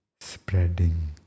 spreading